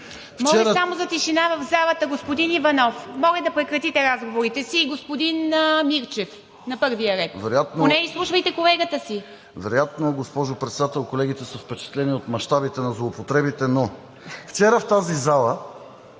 Моля само за тишина в залата! Господин Иванов, моля да прекратите разговорите. И господин Мирчев – на първия ред, поне изслушвайте колегата си! ИВАН ЧЕНЧЕВ: Вероятно, госпожо Председател, колегите са впечатлени от мащабите на злоупотребите. Но вчера в тази зала